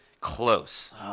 Close